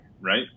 right